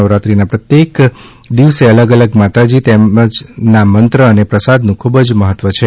નવરાત્રીના પ્રત્યેક દિવસે અલગ અલગ માતાજી તેમ ના મંત્ર અને પ્રસાદનું ખુબ જ મહત્વ છે